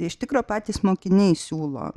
iš tikro patys mokiniai siūlo